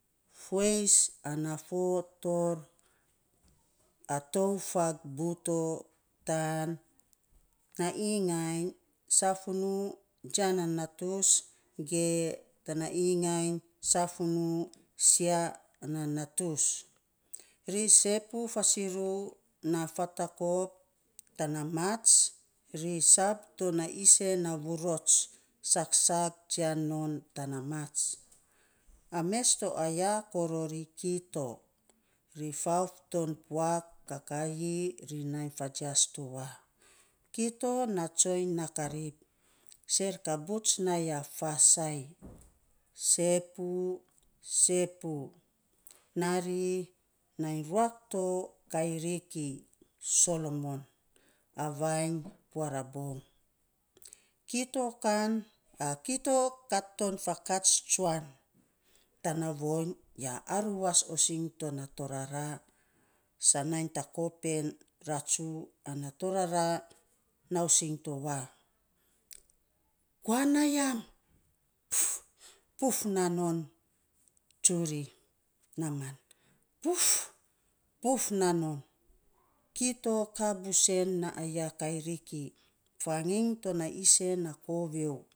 Fues ana fo torr, atou fang buto tana ingainy safunuu, jian nanatus ge tana ingainy safunuu sia nanatus. Ri sepuu fasiiru na fatakop tana maats, ri sab to na isen na vurots, saksak jian non tana maats. A mes to aya karori kito, ri fauf puak a kakaii ri nai fajias towan. Kito na tsoiny na karip, ser kabuts n a ya fasaii, sepuu sepuu naa ri, nai ruak tokairik, soloman, a vainyh puar ra bong, kito kan kito kat tol fakats tsuan, tana voiny, ya aruwas osing to na torara, saa nai takop en ratsu ana torara nausing towa, kua na yam puf naanon tsuri naaman pufpuf naa non. Kito kaa busen na aya kairik, faging to na isen na kovio.